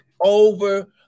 over